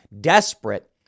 desperate